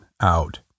out